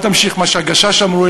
אל תמשיך מה ש"הגשש" אמרו,